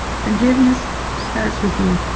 forgiveness starts with you.